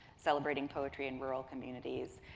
celebrating poetry in rural communities.